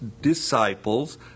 disciples